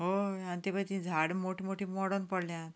तीं पळय झाडां मोठीं मोठीं मडून पडल्यां